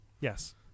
Yes